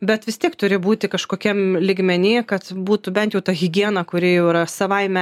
bet vis tiek turi būti kažkokiam lygmeny kad būtų bent jau ta higiena kuri jau yra savaime